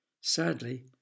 Sadly